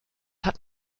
hat